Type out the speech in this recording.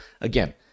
again